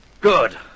Good